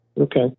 Okay